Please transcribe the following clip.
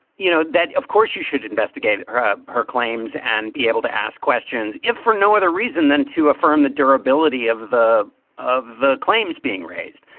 you know, that of course, you should investigate her her claims and be able to ask questions if for no other reason than to affirm the durability of the of the claims being raised.